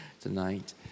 tonight